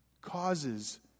causes